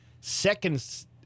seconds